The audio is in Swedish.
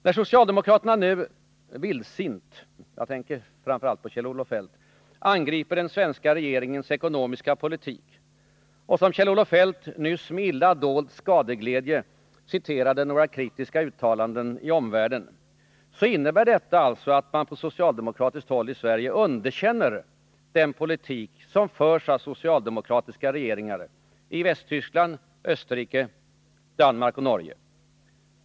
När socialdemokraterna vildsint angriper den svenska regeringens ekonomiska politik — Kjell-Olof Feldt citerade nyss med illa dold skadeglädje några kritiska uttalanden i omvärlden — innebär detta alltså att man på socialdemokratiskt håll underkänner den politik som förs av socialdemokratiska regeringar i Västtyskland, Österrike, Danmark och Norge.